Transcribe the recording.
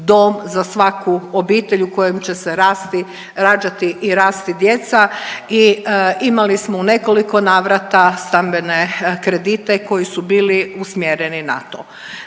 dom za svaku obitelj u kojem će se rađati i rasti djeca. I imali smo u nekoliko navrata stambene kredite koji su bili usmjereni na to.